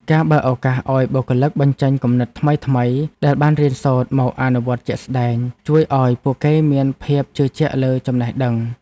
ការបើកឱកាសឱ្យបុគ្គលិកបញ្ចេញគំនិតថ្មីៗដែលបានរៀនសូត្រមកអនុវត្តជាក់ស្តែង ជួយឱ្យពួកគេមានភាពជឿជាក់លើចំណេះដឹង។